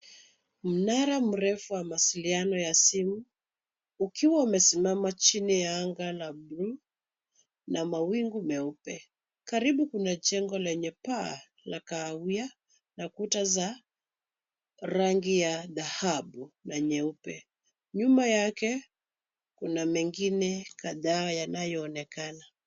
Mnara mrefu wa mawasiliano ya simu ukiwa umesimama chini ya anga la rangi ya bluu na mawingu meupe. Karibu kuna jengo lenye paa la kahawia na kuta za rangi ya dhahabu na nyeupe. Nyuma yake kuna mengine kadhaa yanayoonekana.